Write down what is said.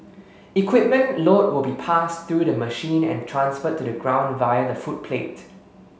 equipment load will be passed through the machine and transferred to the ground via the footplate